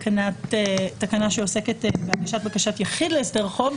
תקנה שעוסקת בהגשת בקשת יחיד להסדר חוב.